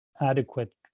Adequate